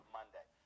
Monday